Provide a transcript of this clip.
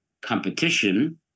competition